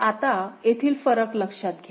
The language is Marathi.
तर आता येथील फरक लक्षात घ्या